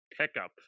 pickup